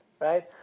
Right